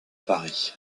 paris